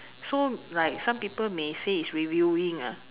so like some people may say it's revealing ah